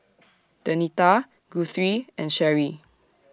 Denita Guthrie and Cheri